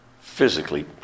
physically